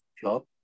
job